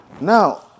Now